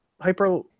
Hyper